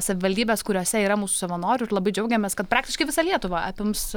savivaldybės kuriose yra mūsų savanorių ir labai džiaugiamės kad praktiškai visą lietuvą apims